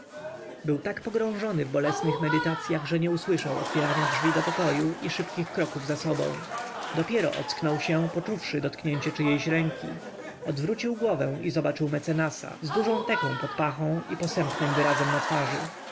był tak pogrążony w bolesnych medytacyach że nie usłyszał otwierania drzwi do pokoju i szybkich kroków za sobą dopiero ocknął się poczuwszy dotknięcie czyjejś ręki odwrócił głowę i zobaczył mecenasa z dużą teką pod pachą i posępnym wyrazem na twarzy